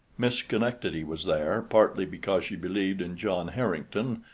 miss schenectady was there, partly because she believed in john harrington,